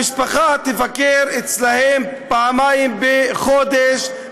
משפטים שהביעו תמיכה מלאה בביטול חזקת הגיל